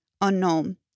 unknown